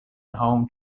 home